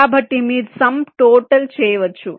కాబట్టి మీరు sum total చేయవచ్చు